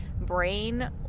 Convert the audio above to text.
brain